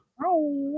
Hi